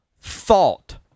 Thought